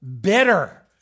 bitter